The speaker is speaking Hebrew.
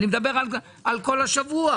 אני מדבר על כל השבוע.